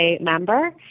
member